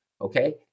okay